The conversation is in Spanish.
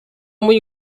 muy